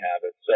habits